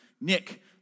Nick